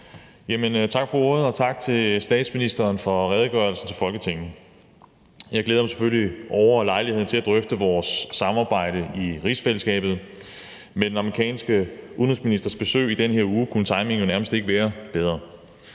Tak for ordet, og tak til statsministeren for redegørelsen. Jeg glæder mig selvfølgelig over lejligheden til at drøfte vores samarbejde i rigsfællesskabet. Med den amerikanske udenrigsministers besøg i den her uge kunne timingen jo nærmest ikke være bedre.